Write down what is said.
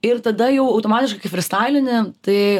ir tada jau automatiškai kai frystailini tai